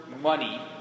money